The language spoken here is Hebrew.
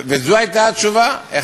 וזאת הייתה התשובה.